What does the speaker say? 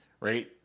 right